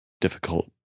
Difficult